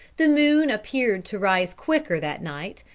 the moon appeared to rise quicker that night,